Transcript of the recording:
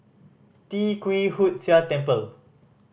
Tee Kwee Hood Sia Temple